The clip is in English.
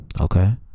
Okay